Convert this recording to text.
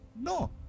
No